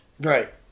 Right